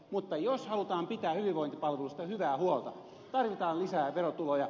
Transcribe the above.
mutta jos halutaan pitää hyvinvointipalveluista hyvää huolta tarvitaan lisää verotuloja